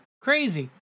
Crazy